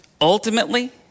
Ultimately